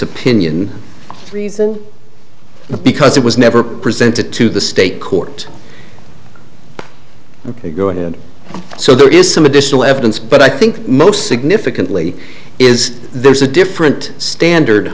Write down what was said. opinion reason because it was never presented to the state court go ahead so there is some additional evidence but i think most significantly is there's a different standard